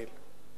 ולצערי,